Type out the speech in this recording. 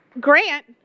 Grant